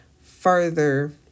further